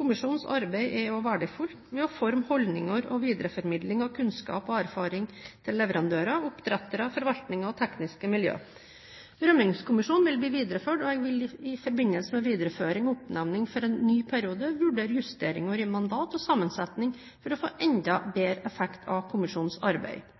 Kommisjonens arbeid er også verdifullt ved å forme holdninger og videreformidling av kunnskap og erfaringer til leverandører, oppdrettere, forvaltning og tekniske miljøer. Rømmingskommisjonen vil bli videreført, og jeg vil i forbindelse med videreføring og oppnevning for en ny periode vurdere justeringer i mandat og sammensetning for å få enda bedre effekt av kommisjonens arbeid.